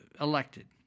elected